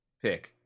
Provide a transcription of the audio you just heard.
Pick